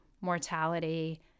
mortality